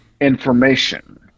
information